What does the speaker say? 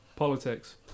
politics